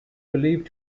believed